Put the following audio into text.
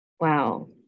wow